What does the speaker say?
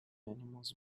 animals